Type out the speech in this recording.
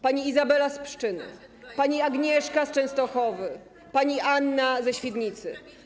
Pani Izabela z Pszczyny, pani Agnieszka z Częstochowy, pani Anna ze Świdnicy.